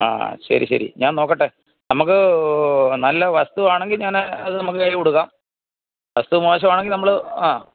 ആ ശരി ശരി ഞാൻ നോക്കട്ടെ നമുക്ക് നല്ല വസ്തുവാണെങ്കില് ഞാന് അത് നമുക്ക് കൈയില് കൊടുക്കാം വസ്തു മോശമാണെങ്കില് നമ്മള് ആ